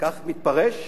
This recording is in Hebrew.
כך מתפרש,